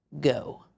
go